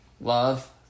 Love